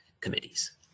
committees